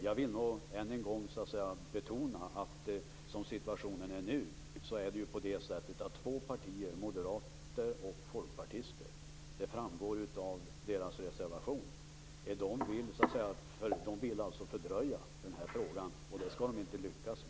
Jag vill än en gång betona att situationen nu är den att två partier, Moderaterna och Folkpartiet - det framgår av deras reservation - vill fördröja behandlingen av den här frågan, men det skall de inte lyckas med.